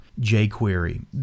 jQuery